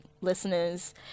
listeners